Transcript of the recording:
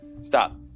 Stop